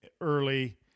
early